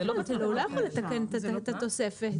הוא לא יכול לתקן את התוספת.